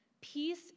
peace